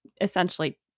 essentially